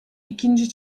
ikinci